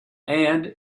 and